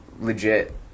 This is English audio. legit